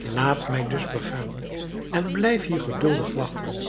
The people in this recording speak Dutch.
laat mij dus begaan en blijf hier geduldig wachten